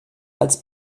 als